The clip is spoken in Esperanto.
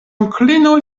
onklino